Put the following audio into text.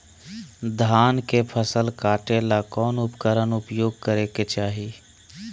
धान के फसल काटे ला कौन उपकरण उपयोग करे के चाही?